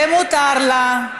ומותר לה.